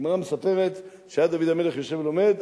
הגמרא מספרת שהיה דוד המלך יושב ולומד,